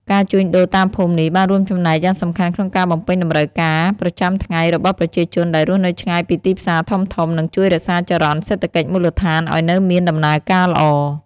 ការជួញដូរតាមភូមិនេះបានរួមចំណែកយ៉ាងសំខាន់ក្នុងការបំពេញតម្រូវការប្រចាំថ្ងៃរបស់ប្រជាជនដែលរស់នៅឆ្ងាយពីទីផ្សារធំៗ និងជួយរក្សាចរន្តសេដ្ឋកិច្ចមូលដ្ឋានឱ្យនៅមានដំណើរការល្អ។